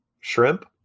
Shrimp